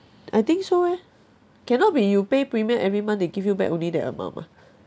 I think so eh cannot be you pay premium every month they give you back only that amount mah